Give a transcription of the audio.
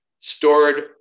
stored